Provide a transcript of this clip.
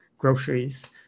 groceries